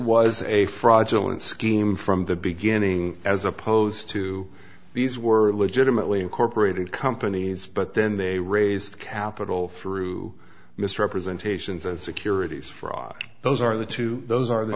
was a fraudulent scheme from the beginning as opposed to these were legitimately incorporated companies but then they raised capital through misrepresentations and securities fraud those are the two those are the